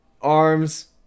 arms